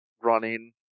running